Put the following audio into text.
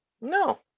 No